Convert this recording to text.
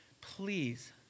Please